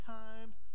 times